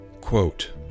Quote